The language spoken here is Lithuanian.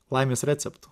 laimės receptų